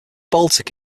baltic